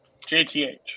JTH